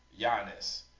Giannis